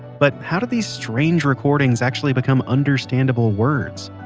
but how did these strange recordings actually become understandable words?